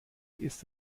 ist